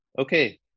okay